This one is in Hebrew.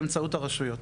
באמצעות הרשויות,